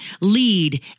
lead